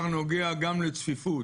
נוגע גם לצפיפות.